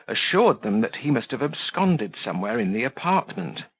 assured them that he must have absconded somewhere in the apartment.